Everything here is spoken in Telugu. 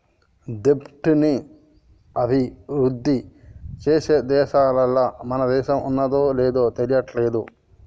దెబ్ట్ ని అభిరుద్ధి చేసే దేశాలల్ల మన దేశం ఉన్నాదో లేదు తెలియట్లేదు